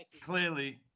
Clearly